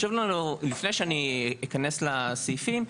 לפני שאני אכנס לסעיפים,